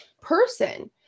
person